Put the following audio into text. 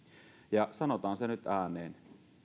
ja sanotaan se nyt ääneen